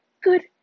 good